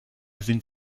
sind